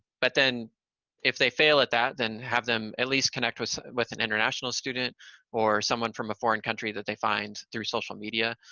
but then if they fail at that, then have them at least connect with with an international student or someone from a foreign country that they find through social media.